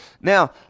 Now